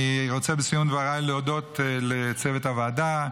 אני רוצה בסיום דבריי להודות לצוות הוועדה: